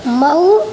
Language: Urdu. مئو